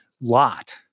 lot